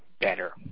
better